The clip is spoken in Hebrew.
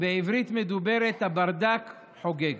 בעברית מדוברת: הברדק חוגג.